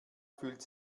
fühlt